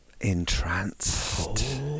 entranced